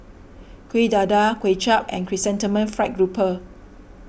Kuih Dadar Kuay Chap and Chrysanthemum Fried Grouper